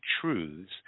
truths